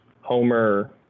Homer